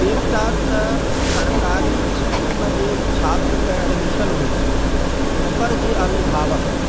एकटा तऽ सरकारी इसकुलमे जे छात्रके एडमिशन होइ छै ओकर जे अभिभावक